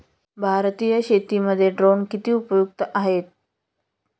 भारतीय शेतीमध्ये ड्रोन किती उपयुक्त आहेत?